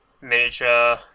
miniature